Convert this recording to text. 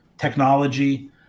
technology